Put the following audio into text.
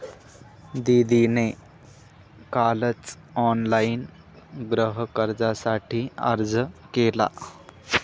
दीदीने कालच ऑनलाइन गृहकर्जासाठी अर्ज केला